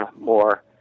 more